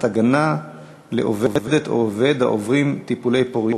שהצבעת בעד, בבקשה,